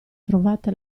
trovate